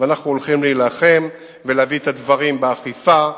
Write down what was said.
ואנחנו הולכים להילחם ולהביא את הדברים באכיפה ובענישה.